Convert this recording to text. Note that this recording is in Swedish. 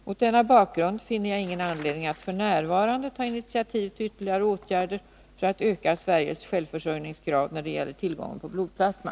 Mot denna bakgrund finner jag ingen anledning att f. n. ta initiativ till ytterligare åtgärder för att öka Sveriges självförsörjningsgrad när det gäller tillgången på blodplasma.